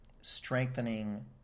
strengthening